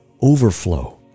overflow